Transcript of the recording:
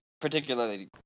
particularly